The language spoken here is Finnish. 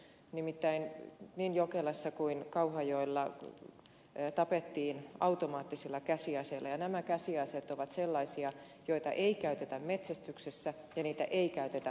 nimittäin niin jokelassa kuin kauhajoella tapettiin automaattisilla käsiaseilla ja nämä käsiaseet ovat sellaisia joita ei käytetä metsästyksessä ja joita ei käytetä tarkkuusammunnassa